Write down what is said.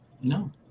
No